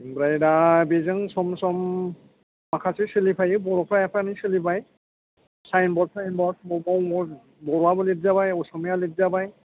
ओमफ्राय दा बेजों सम सम माखासे सोलिफायो बर'फ्रा एफा एनै सोलिबाय साइन बर्ड टाइम बर्ड मबाव बर'वाबो लिरजाबाय असमिया लिरजाबाय